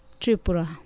Tripura